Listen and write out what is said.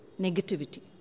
negativity